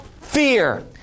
fear